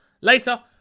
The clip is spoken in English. later